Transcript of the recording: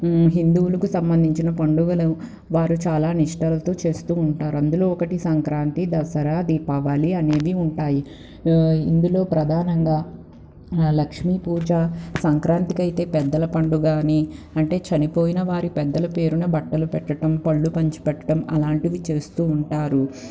హిందువులకు సంబంధించిన పండుగలు వారు చాలా నిష్ఠలతో చేస్తూ ఉంటారు అందులో ఒకటి సంక్రాంతి దసరా దీపావళి అనేది ఉంటాయి ఇందులో ప్రధానంగా లక్ష్మీ పూజ సంక్రాంతికి అయితే పెద్దల పండుగ అని అంటే చనిపోయిన వారి పెద్దలు పేరున బట్టలు పెట్టడం పళ్ళు పంచి పెట్టడం అలాంటివి చేస్తూ ఉంటారు